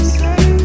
say